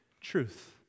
truth